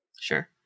sure